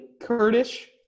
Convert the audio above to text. Kurdish